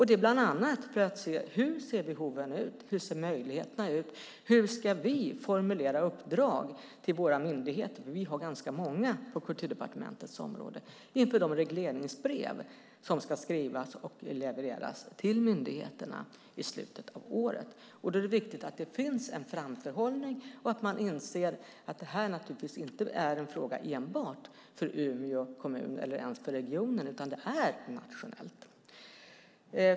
Det är bland annat för att se hur behoven och möjligheterna ser ut och hur vi ska formulera uppdrag till våra myndigheter - vi har ganska många på Kulturdepartementets område - inför de regleringsbrev som ska skrivas och levereras till myndigheterna i slutet av året. Då är det viktigt att det finns en framförhållning och att man inser att detta naturligtvis inte är en fråga enbart för Umeå kommun eller ens för regionen utan att det är nationellt.